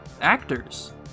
actors